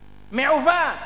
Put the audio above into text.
מעוות.